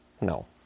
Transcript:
No